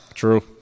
True